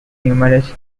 numerous